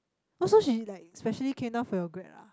oh so she like specially came down for your grad ah